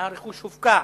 הרכוש הופקע.